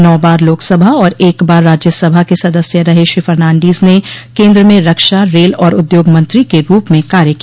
नौ बार लोकसभा और एक बार राज्य सभा के सदस्य रहे श्री फर्नान्डीज ने केन्द्र में रक्षा रेल और उद्योग मंत्री के रूप में कार्य किया